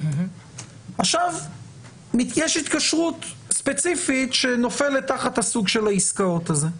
עכשיו יש התקשרות ספציפית שנופלת תחת הסוג של העסקאות האלה,